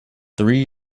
three